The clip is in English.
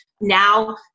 Now